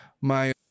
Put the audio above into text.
My-